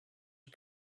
who